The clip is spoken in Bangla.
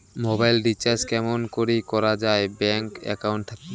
মোবাইল রিচার্জ কেমন করি করা যায় ব্যাংক একাউন্ট থাকি?